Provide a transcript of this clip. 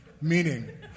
Meaning